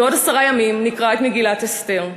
בעוד עשרה ימים נקרא את מגילת אסתר.